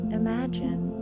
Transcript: imagine